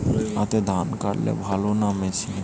হাতে ধান কাটলে ভালো না মেশিনে?